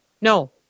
No